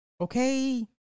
Okay